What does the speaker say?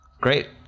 Great